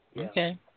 Okay